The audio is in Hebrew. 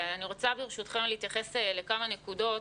ברשותכם, אני רוצה להתייחס לכמה נקודות.